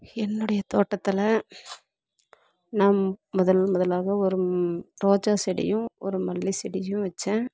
என்னுடைய தோட்டத்தில் நான் முதல் முதலாக ஒரு ரோஜா செடியும் ஒரு மல்லி செடியும் வைச்சேன்